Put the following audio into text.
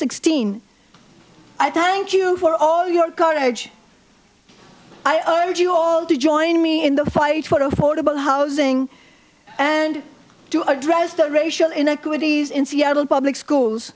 sixteen i thank you for all your carnage i owe you all to join me in the fight for affordable housing and to address the racial inequities in seattle public schools